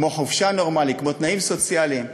כמו חופשה נורמלית, כמו תנאים סוציאליים.